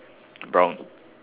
brown